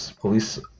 police